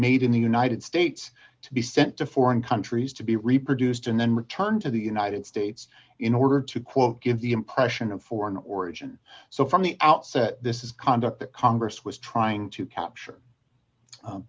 made in the united states to be sent to foreign countries to be reproduced and then returned to the united states in order to quote give the impression of foreign origin so from the outset this is conduct the congress was trying to capture